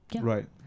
Right